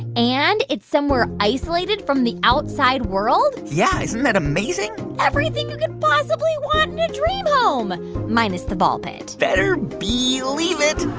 and it's somewhere isolated from the outside world? yeah, isn't that amazing? everything you could possibly want in a dream home minus the ball pit better bee-lieve it